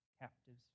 captives